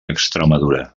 extremadura